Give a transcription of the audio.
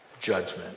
judgment